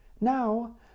Now